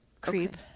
creep